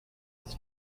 his